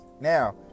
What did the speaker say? Now